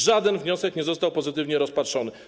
Żaden wniosek nie został pozytywnie rozpatrzony.